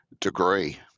degree